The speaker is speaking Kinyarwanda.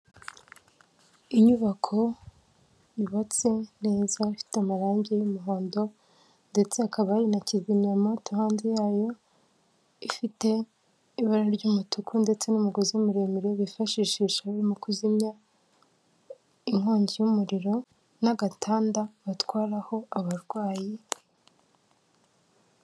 Inyubako yubatse neza ifite amarangi y'umuhondo ndetse hakaba hari na kizimyamwoto hanze yayo, ifite ibara ry'umutuku ndetse n'umugozi muremure bifashishisha mu kuzimya inkongi y'umuriro n'agatanda batwaraho abarwayi.